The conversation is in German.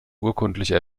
urkundliche